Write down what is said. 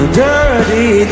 dirty